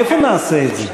איפה נעשה את זה?